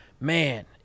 man